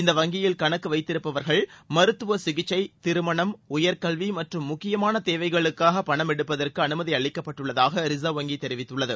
இந்த வங்கியில் கணக்கு வைத்திருப்பவர்கள் மருத்துவச் சிகிச்சை திருமணம் உயர்க்கல்வி மற்றும் முக்கியமான தேவைகளுக்காக பணம் எடுப்பதற்கு அறுமதி அளிக்கப்பட்டுள்ளதாக ரிசர்வ் வங்கி தெரிவித்துள்ளது